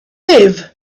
live